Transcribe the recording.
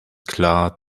klar